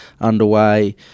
underway